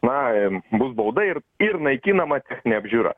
nam bus bauda ir ir naikinama techninė apžiūra